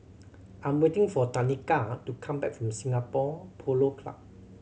I'm waiting for Tanika to come back from Singapore Polo Club